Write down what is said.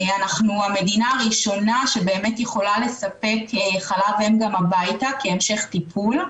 אנחנו המדינה הראשונה שבאמת יכולה לספק חלב אם גם הביתה כהמשך טיפול,